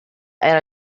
era